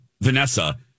Vanessa